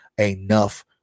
enough